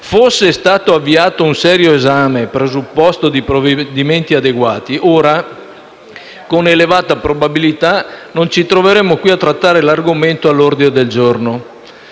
Fosse stato avviato un serio esame, presupposto di provvedimenti adeguati, ora, con elevata probabilità, non ci troveremmo qui a trattare l'argomento all'ordine del giorno.